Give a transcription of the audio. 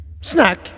snack